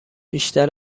بیشتر